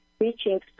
Reaching